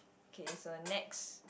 K so next